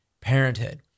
Parenthood